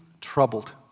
troubled